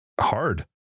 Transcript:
hard